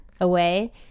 away